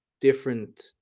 different